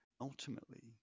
ultimately